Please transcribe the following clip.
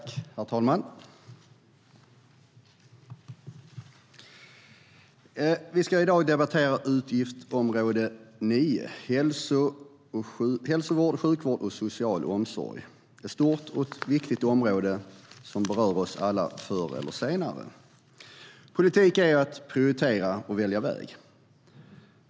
Herr talman! Vi ska i dag debattera utgiftsområde 9 Hälsovård, sjukvård och social omsorg. Det är ett stort och viktigt område som berör oss alla förr eller senare. Politik är att prioritera och välja väg.